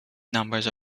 numbers